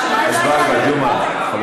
אזברגה ג'מעה, חבר